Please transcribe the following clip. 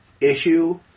issue